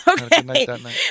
Okay